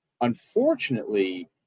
Unfortunately